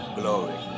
glory